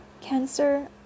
cancer